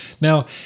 now